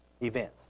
events